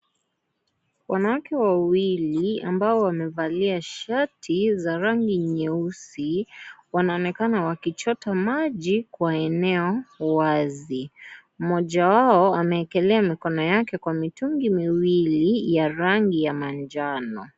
Wanawake wawili, ambao wamevalia shati za rangi nyeusi, wanaonekana wakichota maji kwa eneo wazi. Mmoja wao ameekelea mikono yake kwa mitungi miwili ya rangi ya manjano.